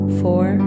four